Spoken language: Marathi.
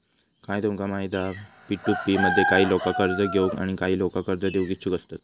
काय तुमका माहित हा पी.टू.पी मध्ये काही लोका कर्ज घेऊक आणि काही लोका कर्ज देऊक इच्छुक असतत